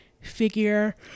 figure